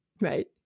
right